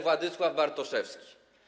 Władysław Bartoszewski.